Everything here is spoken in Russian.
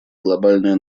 глобальная